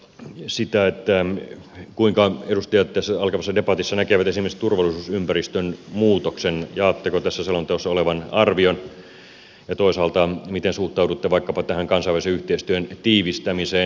odotan ihan mielenkiinnolla sitä kuinka edustajat tässä alkavassa debatissa näkevät esimerkiksi turvallisuusympäristön muutoksen jaatteko tässä selonteossa olevan arvion ja toisaalta miten suhtaudutte vaikkapa tähän kansainvälisen yhteistyön tiivistämiseen